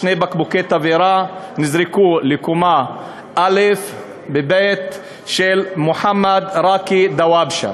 שני בקבוקי תבערה נזרקו לקומה א' בבית של מוחמד ראקי דוואבשה.